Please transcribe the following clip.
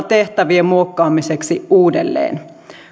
tehtävien muokkaamiseksi uudelleen